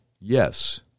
yes